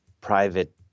Private